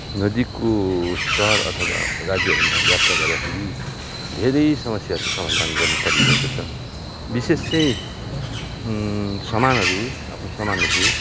नजिकको सहर अथवा राज्यहरूमा यात्रा गर्दाखेरि धेरै समस्याहरूको समाधान गर्नु परिरहेको छ विशेष चाहिँ सामानहरू आफ्नो सामानहरू